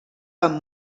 amb